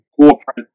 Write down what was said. corporate